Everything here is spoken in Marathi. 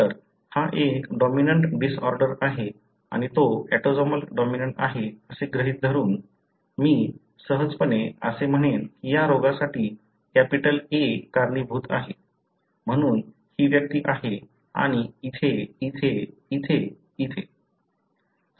तर हा एक डॉमिनंट डिसऑर्डर आहे आणि तो ऑटोसोमल डॉमिनंट आहे असे गृहीत धरून मी सहजपणे असे म्हणेन की या रोगासाठी कॅपिटल A कारणीभूत आहे म्हणून ही व्यक्ती आहे आणि इथे इथे इथे इथे इथे